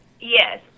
Yes